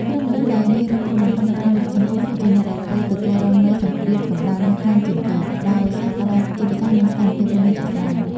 ក្រុមមនុស្សដែលងាយរងគ្រោះបំផុតនៅក្នុងសង្គម គឺជាអ្នកដែលត្រូវទទួលរងនូវសម្ពាធកម្ដៅនេះខ្លាំងជាងគេ ដោយសារកត្តាជីវសាស្ត្រ និងស្ថានភាពរស់នៅជាក់ស្តែង។